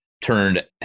turned